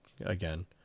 again